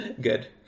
Good